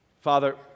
Father